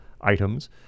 items